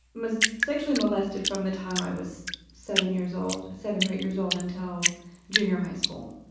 was sexually molested from the time i was seven years old, seven or eight years old, until junior high school.